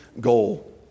goal